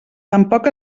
tampoc